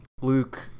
Luke